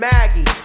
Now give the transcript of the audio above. Maggie